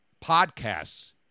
podcasts